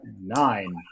Nine